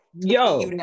Yo